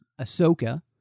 Ahsoka